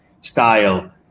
style